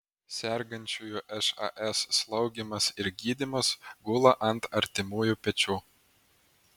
sergančiųjų šas slaugymas ir gydymas gula ant artimųjų pečių